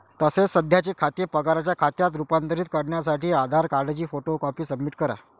तसेच सध्याचे खाते पगाराच्या खात्यात रूपांतरित करण्यासाठी आधार कार्डची फोटो कॉपी सबमिट करा